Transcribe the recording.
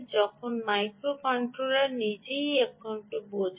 তখন micro controller নিজেই অন্য একটি বোঝা